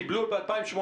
קיבלו את זה ב-2018,